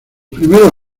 primeros